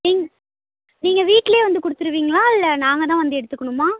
நீங் நீங்கள் வீட்டிலே வந்து கொடுத்துருவீங்களா இல்லை நாங்கள் தான் வந்து எடுத்துக்கணுமா